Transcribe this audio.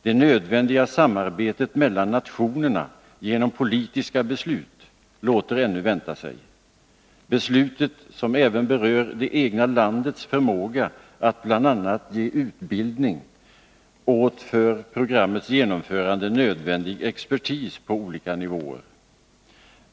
Det nödvändiga samarbetet mellan nationerna genom politiska beslut låter ännu vänta på sig. Det gäller beslut som även berör det egna landets förmåga att bl.a. ge utbildning åt för programmets genomförande nödvändiga expertis på olika nivåer.